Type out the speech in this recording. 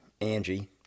Angie